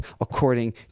according